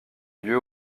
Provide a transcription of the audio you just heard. lieu